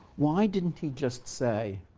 why didn't he just say,